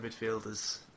midfielders